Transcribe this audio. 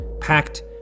packed